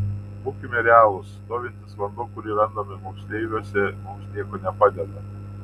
būkime realūs stovintis vanduo kurį randame moksleiviuose mums nieko nepadeda